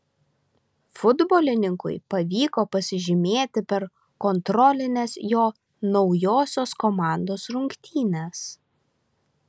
futbolininkui pavyko pasižymėti per kontrolines jo naujosios komandos rungtynes